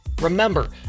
Remember